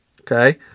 Okay